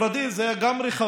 בפוריידיס אלה היו גם רכבים